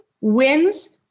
wins